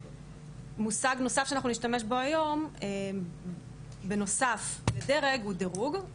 מושג נוסף שאנחנו נשתמש בו היום בנוסף לדרג הוא דירוג.